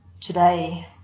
today